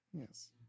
Yes